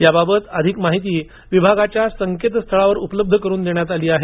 याबाबत अधिक माहिती विभागाच्या संकेत स्थळावर उपलब्ध करून देण्यात आली आहे